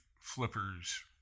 flippers